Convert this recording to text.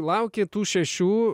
lauki tų šešių